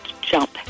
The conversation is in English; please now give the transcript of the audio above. jump